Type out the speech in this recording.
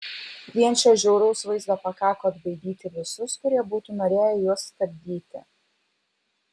vien šio žiauraus vaizdo pakako atbaidyti visus kurie būtų norėję juos stabdyti